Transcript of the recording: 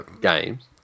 games